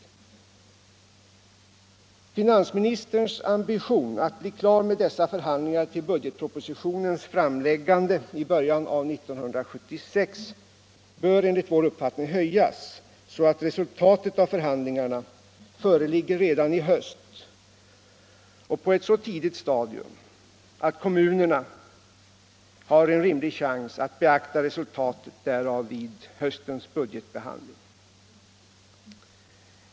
Finansministerns ambition att bli klar med dessa förhandlingar till budgetpropositionens framläggande i början av 1976 bör enligt vår uppfattning höjas, så att resultatet av förhandlingarna föreligger redan i höst och på ett så tidigt stadium att kommunerna har en rimlig chans att beakta resultatet därav vid höstens budgetbehandling.